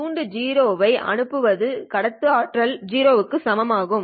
துண்டு 0 ஐ அனுப்புவது கடத்து ஆற்றல் 0 க்கு சமம் ஆகும்